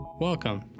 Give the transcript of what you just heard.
Welcome